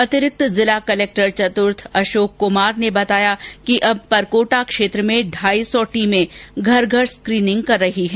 अतिरिक्त जिला कलेक्टर चतुर्थ अशोक कुमार ने बताया कि अब परकोटा क्षेत्र में ढाई सौ टीमें घर घर स्क्रीनिंग कर रही है